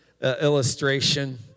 illustration